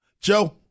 Joe